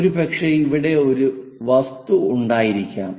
ഒരുപക്ഷേ ഇവിടെ ഒരു വസ്തു ഉണ്ടായിരിക്കാം